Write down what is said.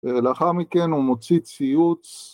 ‫אה... לאחר מכן הוא מוציא ציוץ.